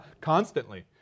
Constantly